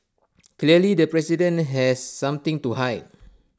clearly the president has something to hide